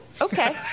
Okay